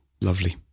Lovely